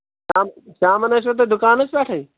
شامَس ٲسۍ وا تُہۍ دُکانَس پٮ۪ٹھٕے